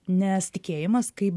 nes tikėjimas kaip